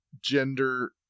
Gender